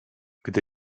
gdy